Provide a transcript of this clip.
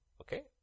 Okay